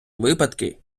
випадки